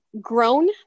Grown